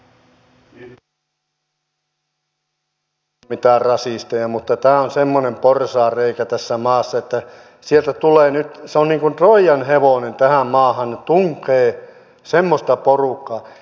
ei tässä olla mitään rasisteja mutta tämä on semmoinen porsaanreikä tässä maassa että sieltä tunkee nyt se on niin kuin troijan hevonen tähän maahan semmoista porukkaa